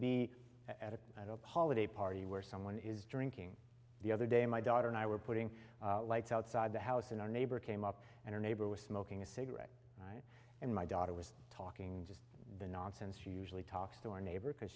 be at a holiday party where someone is drinking the other day my daughter and i were putting lights outside the house and our neighbor came up and our neighbor was smoking a cigarette and my daughter was talking just the nonsense usually talks to our neighbor because